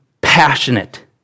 passionate